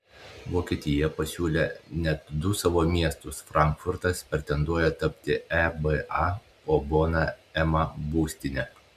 vokietija pasiūlė net du savo miestus frankfurtas pretenduoja tapti eba o bona ema būstine